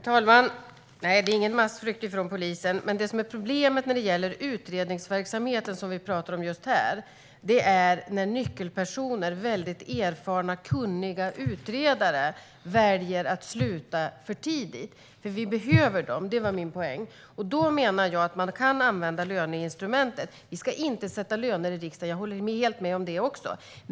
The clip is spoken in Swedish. Herr talman! Nej, det sker ingen massflykt från polisen. Men det som är problemet när det gäller utredningsverksamheten - som vi talar om just här - är när nyckelpersoner, erfarna och kunniga utredare, väljer att sluta för tidigt. Vi behöver dem. Det var min poäng, och jag menar att man då kan använda löneinstrumentet. Vi ska inte sätta löner i riksdagen; jag håller helt med om det.